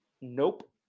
nope